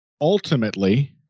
ultimately